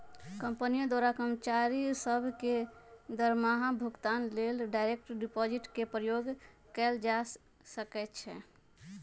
कंपनियों द्वारा कर्मचारि सभ के दरमाहा भुगतान लेल डायरेक्ट डिपाजिट के प्रयोग कएल जा सकै छै